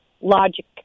logic